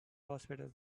hospital